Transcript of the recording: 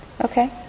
Okay